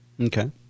Okay